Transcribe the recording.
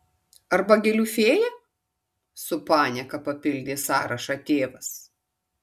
arba gėlių fėja su panieka papildė sąrašą tėvas